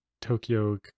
Tokyo